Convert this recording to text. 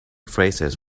phrases